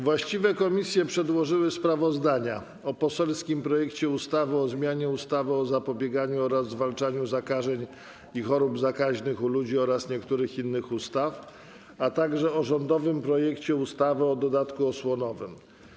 Właściwe komisje przedłożyły sprawozdania: - o poselskim projekcie ustawy o zmianie ustawy o zapobieganiu oraz zwalczaniu zakażeń i chorób zakaźnych u ludzi oraz niektórych innych ustaw, - o rządowym projekcie ustawy o dodatku osłonowym.